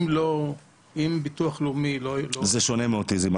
אם ביטוח לאומי --- זה שונה מאוטיזם.